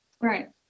right